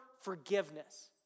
forgiveness